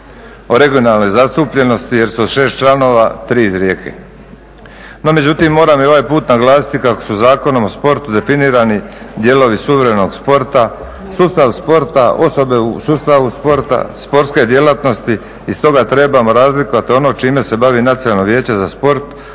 o regionalnoj zastupljenosti jer su od 6 članova 3 iz Rijeke.